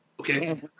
Okay